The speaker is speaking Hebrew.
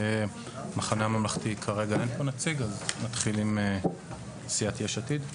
כרגע, מהמחנה הממלכתי, אז נתחיל עם סיעת יש עתיד.